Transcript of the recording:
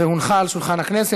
והונחה על שולחן הכנסת.